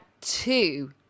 two